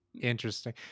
Interesting